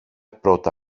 πρώτα